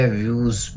views